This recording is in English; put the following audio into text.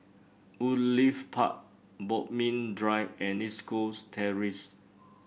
Woodleigh Park Bodmin Drive and East Coast Terrace